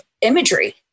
imagery